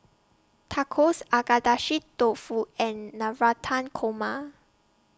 Tacos Agedashi Dofu and Navratan Korma